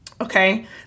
Okay